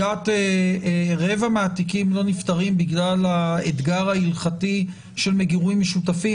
רבע מהתיקים לא נפתרים בגלל האתגר ההלכתי של מגורים משותפים.